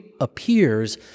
appears